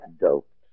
doped